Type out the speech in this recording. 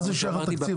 מה זה שייך לתקציב?